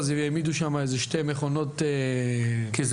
זה שהעמידו שם איזה 2 מכונות.